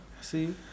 see